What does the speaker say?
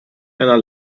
einer